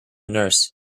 nurse